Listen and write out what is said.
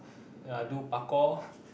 I do parkour